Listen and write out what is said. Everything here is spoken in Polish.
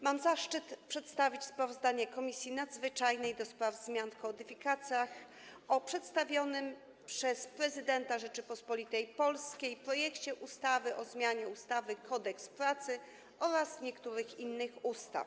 Mam zaszczyt przedstawić sprawozdanie Komisji Nadzwyczajnej do spraw zmian w kodyfikacjach o przedstawionym przez prezydenta Rzeczypospolitej Polskiej projekcie ustawy o zmianie ustawy Kodeks pracy oraz niektórych innych ustaw.